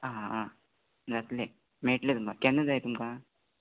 आसा आं जात्ले मेळट्ले तुमकां केन्ना जाय तुमकां